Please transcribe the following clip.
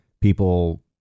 People